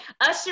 Usher